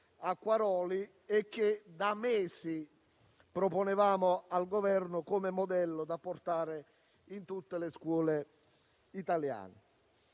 Acquaroli, che da mesi proponevamo al Governo, affinché fosse portato in tutte le scuole italiane.